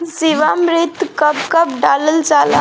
जीवामृत कब कब डालल जाला?